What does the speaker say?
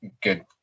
good